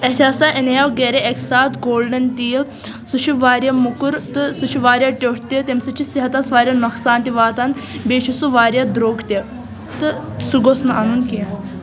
اسہِ ہَسا اَنیٛاو گھرِ اکہِ ساتہٕ گولڈن تیٖل سُہ چھُ واریاہ مُکُر تہٕ سُہ چھُ واریاہ ٹیٛوٹھ تہِ تَمہِ سۭتۍ چھُ صحتس واریاہ نۄقصان تہِ واتان بیٚیہِ چھُ سُہ واریاہ درٛوٚگ تہِ تہٕ سُہ گوٚژھ نہٕ اَنُن کیٚنٛہہ